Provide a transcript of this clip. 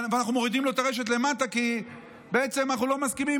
אנחנו מורידים לו את הרשת למטה כי אנחנו